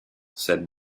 said